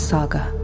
Saga